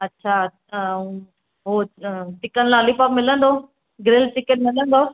अच्छा अच्छा ऐं उओ कुझु चिकन लालीपोप मिलंदो ग्रिल चिकन मिलंदो